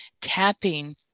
tapping